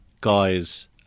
guys